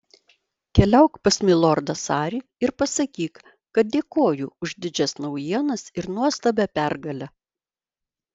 keliauk pas milordą sarį ir pasakyk kad dėkoju už didžias naujienas ir nuostabią pergalę